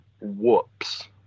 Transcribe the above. whoops